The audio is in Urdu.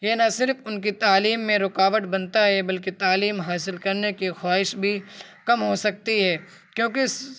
یہ نہ صرف ان کی تعلیم میں رکاوٹ بنتا ہے بلکہ تعلیم حاصل کرنے کی خواہش بھی کم ہو سکتی ہے کیوںکہ